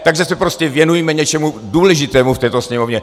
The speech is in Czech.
Tak se prostě věnujme něčemu důležitému v této Sněmovně.